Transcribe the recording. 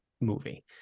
movie